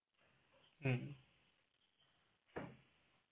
um